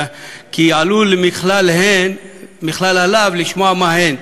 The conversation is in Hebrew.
כי עלולים מכלל הלאו לשמוע מה ההן,